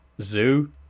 zoo